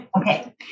Okay